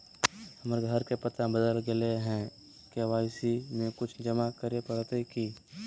हमर घर के पता बदल गेलई हई, के.वाई.सी में कुछ जमा करे पड़तई की?